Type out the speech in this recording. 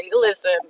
listen